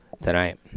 tonight